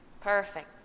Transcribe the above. perfect